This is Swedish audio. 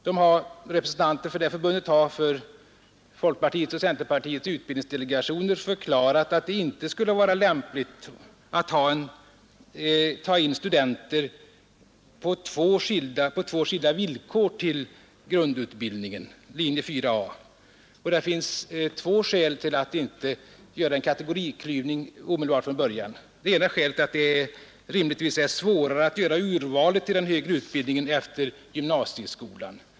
De har för folkpartiets och centerpartiets utbildningsdelegationer förklarat att det inte skulle vara lämpligt att ta in studenter på två skilda villkor till grundutbildning, linje 4 a, och det finns två skäl att inte göra en kategoriklyvning omedelbart från början. Det ena skälet är att det rimligtvis är svårare att göra urvalet till den högre utbildningen efter gymnasieskolan.